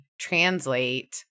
translate